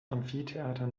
amphitheater